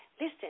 Listen